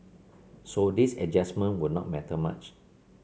so this adjustment would not matter much